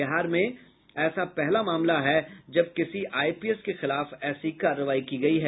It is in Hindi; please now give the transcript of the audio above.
बिहार में ऐसा पहला मामला है जब किसी आईपीएस के खिलाफ ऐसी कार्रवाई की गयी है